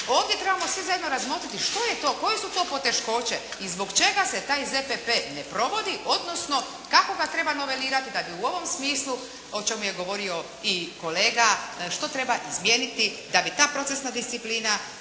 Ovdje trebamo svi zajedno razmotriti što je to, koje su to poteškoće i zbog čega se taj ZPP ne provodi, odnosno kako ga treba novelirati da bi u ovom smislu o čemu je govorio i kolega što treba izmijeniti da bi ta procesna disciplina